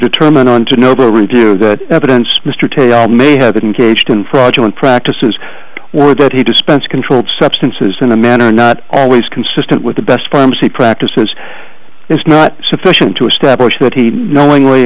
determine and to never redo that evidence mr taylor may have engaged in fraudulent practices or that he dispensed controlled substances in a manner not always consistent with the best pharmacy practices it's not sufficient to establish that he knowingly